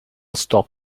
stop